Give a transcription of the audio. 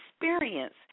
experience